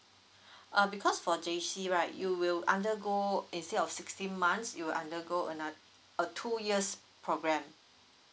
uh because for J_C right you will undergo instead of sixteen months you will undergo another uh two years programme